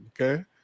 Okay